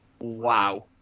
Wow